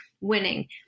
winning